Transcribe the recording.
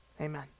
Amen